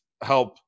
help